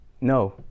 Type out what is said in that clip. No